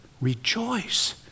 rejoice